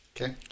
Okay